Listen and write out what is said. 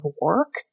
work